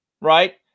right